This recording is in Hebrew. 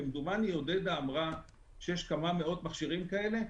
כמדומני עודדה אמרה שיש כמה מאות מכשירים כאלה,